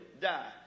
die